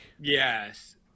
Yes